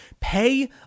pay